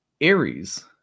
Aries